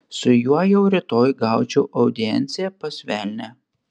su juo jau rytoj gaučiau audienciją pas velnią